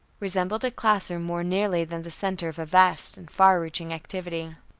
resembled a classroom more nearly than the center of a vast and far-reaching activity.